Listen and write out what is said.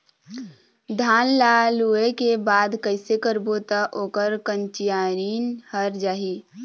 धान ला लुए के बाद कइसे करबो त ओकर कंचीयायिन हर जाही?